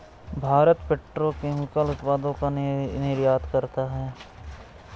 Bharat petrochemicals उत्पादों का निर्यात करता है